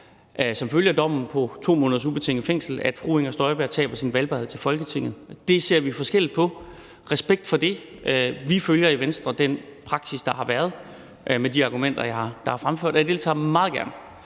som følge af dommen på 2 måneders ubetinget fængsel være, at fru Inger Støjberg taber sin valgbarhed til Folketinget? Det ser vi forskelligt på – respekt for det. Vi følger i Venstre den praksis, der har været, med de argumenter, der er fremført. Jeg deltager meget gerne